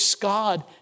god